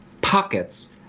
pockets